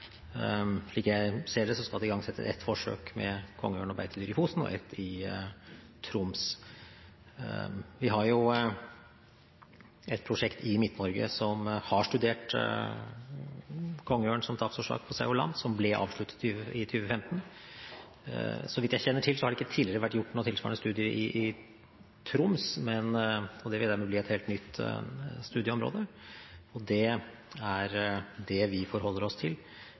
Slik jeg ser det, skal det igangsettes ett forsøk med kongeørn og beitedyr i Fosen og ett i Troms. Vi har et prosjekt i Midt-Norge som har studert kongeørn som tapsårsak for sau og lam. Det ble avsluttet i 2015. Så vidt jeg kjenner til, har det ikke tidligere vært gjort noen tilsvarende studier i Troms. Det vil dermed bli et helt nytt studieområde. Det er det vi forholder oss til.